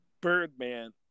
Birdman